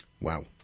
Wow